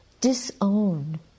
disown